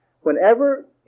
whenever